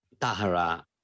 Tahara